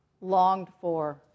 longed-for